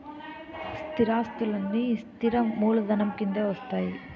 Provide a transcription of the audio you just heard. స్థిరాస్తులన్నీ స్థిర మూలధనం కిందే వస్తాయి